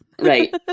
Right